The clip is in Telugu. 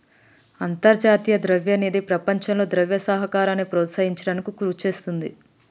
అంతర్జాతీయ ద్రవ్య నిధి ప్రపంచంలో ద్రవ్య సహకారాన్ని ప్రోత్సహించడానికి కృషి చేస్తుంది